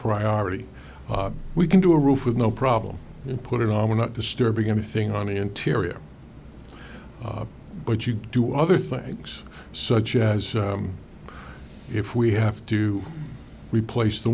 priority we can do a roof with no problem and put it on without disturbing anything on the interior but you do other things such as if we have to replace the